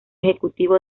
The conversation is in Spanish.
ejecutivo